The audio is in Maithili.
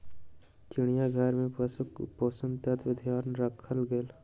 चिड़ियाघर में पशुक पोषक तत्वक ध्यान राखल गेल